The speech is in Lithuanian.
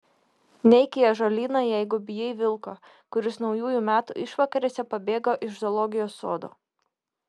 neik į ąžuolyną jeigu bijai vilko kuris naujųjų metų išvakarėse pabėgo iš zoologijos sodo